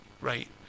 right